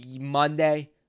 Monday